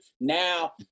Now